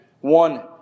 One